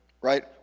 right